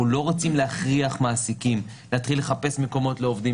אנחנו לא רוצים להכריח מעסיקים להתחיל לחפש מקומות לעובדים.